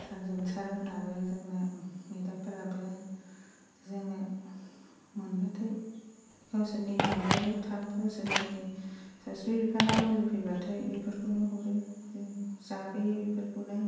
surgeon सारमोनहाबो जोंना मेदामफोराबो जोंनो मोनब्लाथाय गावसोरनि माबायाव गावसोरनि सावस्रि बिफानाव मुलि फैब्लायथाय बेफोरखौनो हरो जों जाफैयो बेफोरखौनो